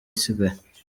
isigaye